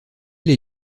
les